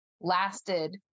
lasted